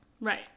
Right